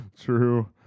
True